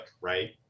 right